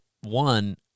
one